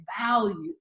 value